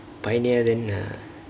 pioneer then uh